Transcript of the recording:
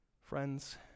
Friends